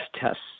tests